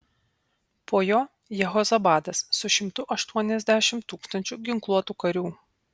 po jo jehozabadas su šimtu aštuoniasdešimt tūkstančių ginkluotų karių